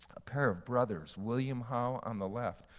a pair of brothers, william howe on the left,